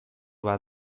bat